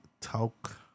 talk